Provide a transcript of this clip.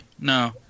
No